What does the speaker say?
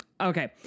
Okay